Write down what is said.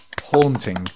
Haunting